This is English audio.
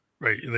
right